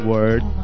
Word